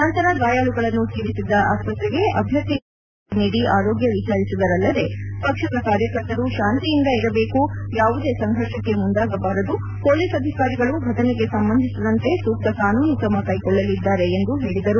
ನಂತರ ಗಾಯಾಳುಗಳನ್ನು ಸೇರಿಸಿದ್ದ ಆಸ್ಪತ್ತೆಗೆ ಅಭ್ಯರ್ಥಿ ನಿಖಿಲ್ ಕುಮಾರಸ್ವಾಮಿ ಭೇಟಿ ನೀಡಿ ಆರೋಗ್ಯ ವಿಚಾರಿಸಿದರಲ್ಲದೆ ಪಕ್ಷದ ಕಾರ್ಯಕರ್ತರು ಶಾಂತಿಯಿಂದ ಇರಬೇಕು ಯಾವುದೇ ಸಂಫರ್ಷಕ್ಕೆ ಮುಂದಾಗಬಾರದು ಪೊಲೀಸ್ ಅಧಿಕಾರಿಗಳು ಫಟನೆಗೆ ಸಂಬಂಧಿಸಿದಂತೆ ಸೂಕ್ತ ಕಾನೂನು ಕ್ರಮ ಕೈಗೊಳ್ಳಲಿದ್ದಾರೆ ಎಂದು ಹೇಳಿದರು